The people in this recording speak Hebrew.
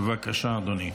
בבקשה, אדוני.